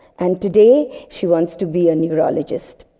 and today she wants to be a neurologist.